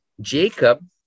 Jacob